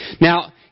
Now